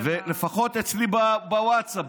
לפחות אצלי בווטסאפ.